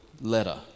letter